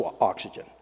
oxygen